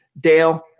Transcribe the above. Dale